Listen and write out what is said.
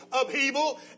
upheaval